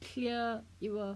it will clear